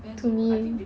to me